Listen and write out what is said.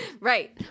Right